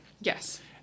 Yes